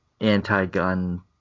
anti-gun